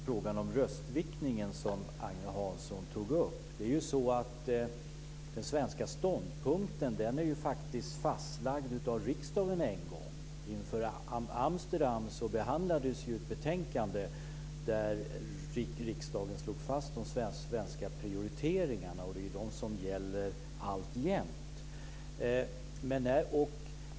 Herr talman! Jag vill bara kommentera frågan om röstviktningen, som Agne Hansson tog upp. Den svenska ståndpunkten har ju faktiskt fastlagts av riksdagen en gång. Inför Amsterdam behandlades ett betänkande där riksdagen slog fast de svenska prioriteringarna, och det är ju de som gäller alltjämt.